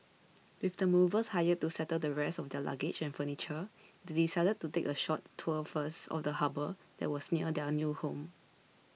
with the movers hired to settle the rest of their luggage and furniture they decided to take a short tour first of the harbour that was near their new home